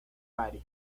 paria